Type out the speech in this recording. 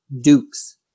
dukes